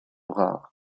rares